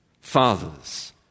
fathers